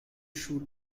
shoot